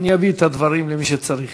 אביא את הדברים למי שצריך.